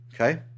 Okay